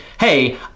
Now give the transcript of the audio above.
hey